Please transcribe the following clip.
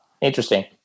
interesting